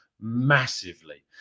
massively